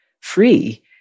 free